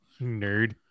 Nerd